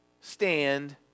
stand